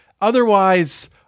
Otherwise